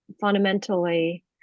fundamentally